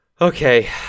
okay